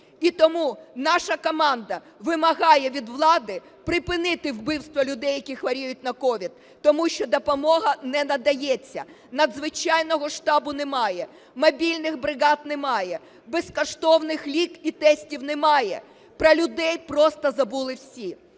І тому наша команда вимагає від влади припинити вбивство людей, які хворіють на COVID. Тому що допомога не надається, надзвичайного штабу немає, мобільних бригад немає, безкоштовних ліків і тестів немає. Про людей просто забули всі.